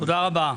תודה רבה.